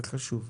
זה חשוב,